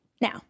Now